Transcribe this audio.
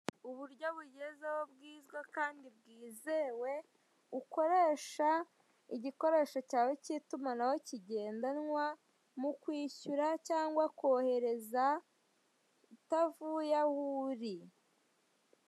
Uburyo bugezweho bwiza kandi bwizewe, ukoresha igikoresho cyawe cy'itumanaho kigendanwa mu kwishyura cyangwa kohereza utavuye aho uri.